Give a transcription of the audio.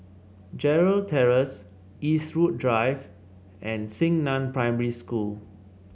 Gerald Terrace Eastwood Drive and Xingnan Primary School